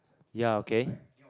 ya okay